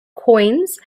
coins